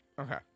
Okay